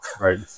Right